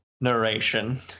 narration